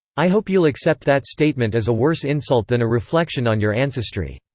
i hope you'll accept that statement as a worse insult than a reflection on your ancestry.